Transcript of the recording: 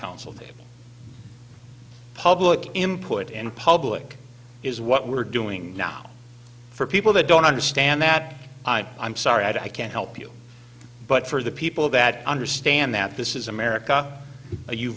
council the public input and public is what we're doing now for people that don't understand that i'm sorry i can't help you but for the people that understand that this is america you